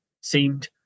seemed